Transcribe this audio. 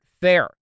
fair